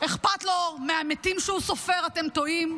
אכפת לו מהמתים שהוא סופר, אתם טועים,